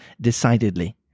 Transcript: decidedly